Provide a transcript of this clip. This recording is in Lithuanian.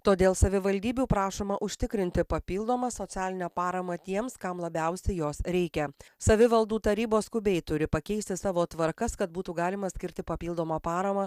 todėl savivaldybių prašoma užtikrinti papildomą socialinę paramą tiems kam labiausiai jos reikia savivaldų tarybos skubiai turi pakeisti savo tvarkas kad būtų galima skirti papildomą paramą